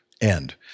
end